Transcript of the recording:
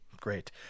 Great